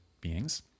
beings